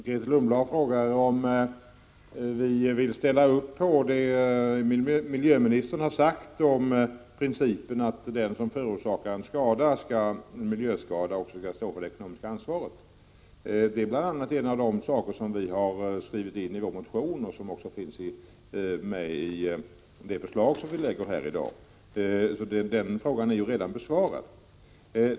Fru talman! Grethe Lundblad frågade om vi ansluter oss till det som miljöministern har sagt när det gäller principen att den som förorsakar en miljöskada också skall ta ekonomiskt ansvar. Men bl.a. det har vi tagit med i vår motion, och det finns också med i det förslag som vi lägger fram i dag. Grethe Lundblads fråga är alltså redan besvarad.